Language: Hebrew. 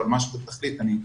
אבל מה שתחליטו אני אתכם.